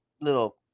little